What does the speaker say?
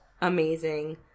amazing